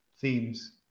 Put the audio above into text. themes